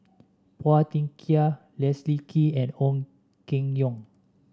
Phua Thin Kiay Leslie Kee and Ong Keng Yong